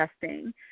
testing